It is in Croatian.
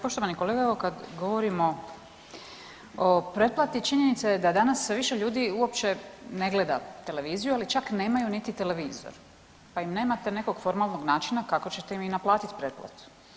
Poštovani kolega, evo kad govorimo o pretplati, činjenica je da danas sve više ljudi uopće ne gleda televiziju ili čak niti nemaju televizor, pa im nemate nekog formalnog načina kako ćete im i naplatiti pretplatu.